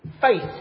Faith